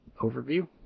Overview